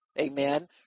amen